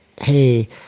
hey